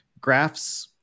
graphs